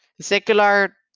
Secular